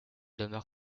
demeure